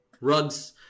rugs